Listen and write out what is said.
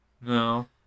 no